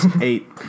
Eight